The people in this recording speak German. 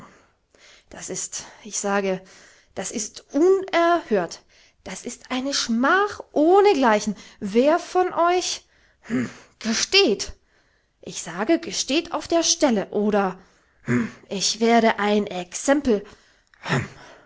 das ist ich sage das ist unerhört das ist eine schmach ohnegleichen wer von euch hm gesteht ich sage gesteht auf der stelle oder hrm ich werde ein exempel